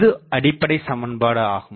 இது அடிப்படை சமன்பாடு ஆகும்